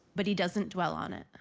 but he doesn't dwell on it.